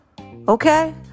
Okay